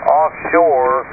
offshore